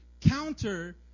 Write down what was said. counter